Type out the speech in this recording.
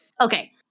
Okay